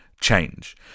change